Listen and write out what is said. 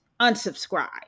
unsubscribe